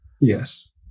Yes